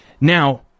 now